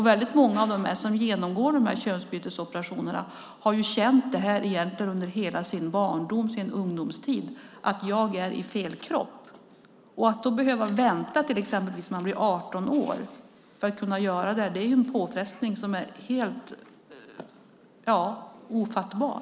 Väldigt många som genomgår könsbytesoperationer har ju under hela sin barndom och ungdomstid känt att de är i fel kropp. Att då behöva vänta tills man blir 18 år är en påfrestning som är helt ofattbar.